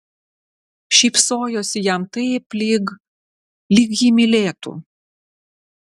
šypsojosi jam taip lyg lyg jį mylėtų